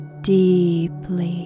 deeply